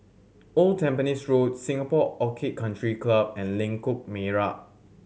Old Tampines Road Singapore Orchid Country Club and Lengkok Merak